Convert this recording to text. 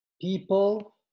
people